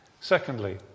Secondly